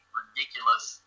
ridiculous